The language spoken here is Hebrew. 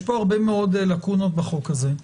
יש הרבה מאוד לקונות בחוק הזה.